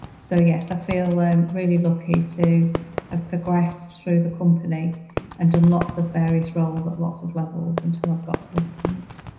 so yes, i feel um really lucky to have progressed through the company and done lots of various roles at lots of levels until i've got to this point.